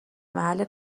محل